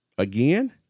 again